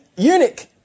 eunuch